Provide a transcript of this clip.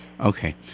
Okay